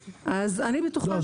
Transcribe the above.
אז אני בטוחה ש --- טוב,